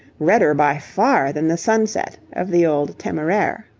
redder by far than the sunset of the old temeraire.